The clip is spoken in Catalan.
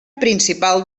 principal